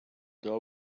door